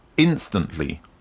Instantly